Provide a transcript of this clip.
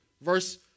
Verse